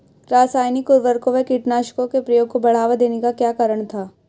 रासायनिक उर्वरकों व कीटनाशकों के प्रयोग को बढ़ावा देने का क्या कारण था?